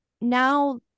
now